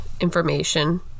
information